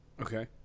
Okay